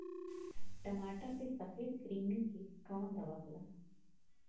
टमाटर पे सफेद क्रीमी के कवन दवा होला?